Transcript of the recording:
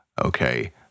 okay